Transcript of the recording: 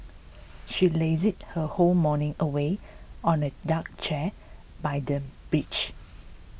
she lazed her whole morning away on a deck chair by the beach